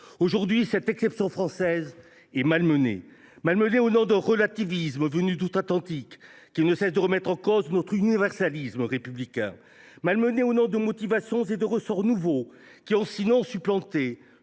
Aujourd’hui, cette exception française est malmenée au nom d’un relativisme venu d’outre Atlantique, qui ne cesse de remettre en cause notre universalisme républicain. Elle est malmenée au nom de motivations et de ressorts nouveaux, qui ont, sinon supplanté,